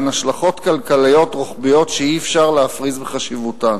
הן השלכות כלכליות רוחביות שאי-אפשר להפריז בחשיבותן.